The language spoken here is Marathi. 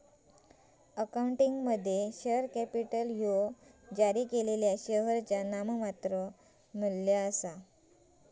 अकाउंटिंगमध्ये, शेअर कॅपिटल ह्या जारी केलेल्या शेअरचा नाममात्र मू्ल्य आसा